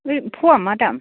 फवा मा दाम